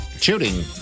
shooting